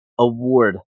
Award